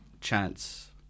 Chance